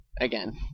again